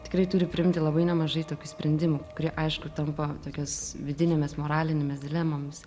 tikrai turi priimti labai nemažai tokių sprendimų kurie aišku tampa tokiomis vidinėmis moralinėmis dilemomis